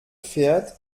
fährt